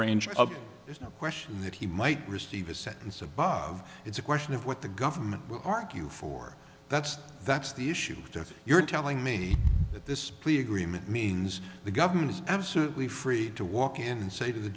range of there's no question that he might receive a sentence above it's a question of what the government will argue for that's that's the issue if you're telling me that this plea agreement means the government is absolutely free to walk in and say to the